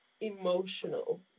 emotional